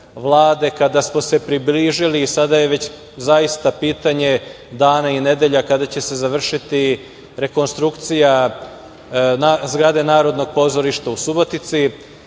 kada smo se približili, sada je već zaista pitanje dana i nedelja kada će se završiti rekonstrukcija zgrade Narodnog pozorišta u Subotici.